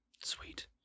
sweet